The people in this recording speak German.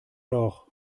doch